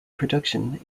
production